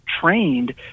trained